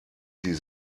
sie